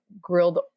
grilled